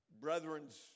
brethren's